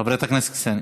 חברת הכנסת קסניה